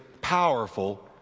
powerful